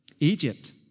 Egypt